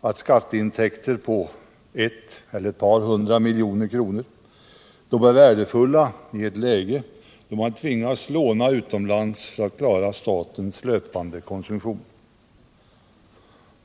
att skatteintäkter på ett eller ett par hundra miljoner är värdefulla i det läge då man tvingas låna utomlands för att klara statens löpande konsumtion.